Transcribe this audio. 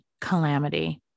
calamity